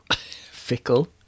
Fickle